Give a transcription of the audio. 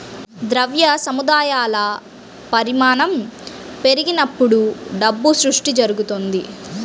ద్రవ్య సముదాయాల పరిమాణం పెరిగినప్పుడు డబ్బు సృష్టి జరుగుతది